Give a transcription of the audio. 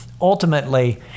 ultimately